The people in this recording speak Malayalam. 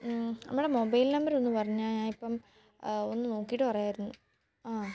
അമ്മയുടെ മൊബൈൽ നമ്പർ ഒന്ന് പറഞ്ഞാൽ ഞാനിപ്പം ഒന്ന് നോക്കിയിട്ട് പറയാമായിരുന്നു ആ